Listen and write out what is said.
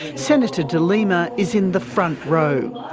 senator de lima is in the front row.